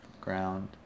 ground